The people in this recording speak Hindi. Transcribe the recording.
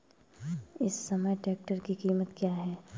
इस समय ट्रैक्टर की कीमत क्या है?